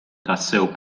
tassew